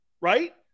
right